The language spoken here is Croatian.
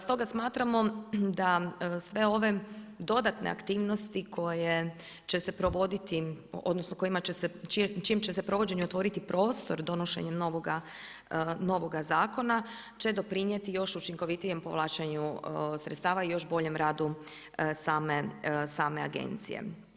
Stoga, smatramo da sve ove dodatne aktivnosti koje će se provoditi, odnosno čijem će se provođenjem otvoriti prostor donošenjem novoga zakona, će doprinijeti još učinkovitiju povlačenju sredstava i još boljem radu same agencije.